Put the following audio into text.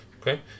Okay